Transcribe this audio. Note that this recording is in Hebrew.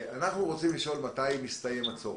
אנחנו רוצים לשאול מתי מסתיים הצורך.